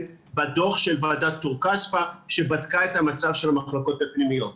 בדוח של ועדת טור-כספא שבדקה את המצב של המחלקות הפנימיות.